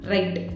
Right